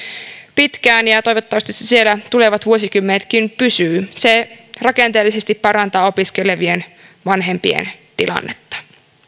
pitkään ja ja toivottavasti se siellä tulevat vuosikymmenetkin pysyy se rakenteellisesti parantaa opiskelevien vanhempien tilannetta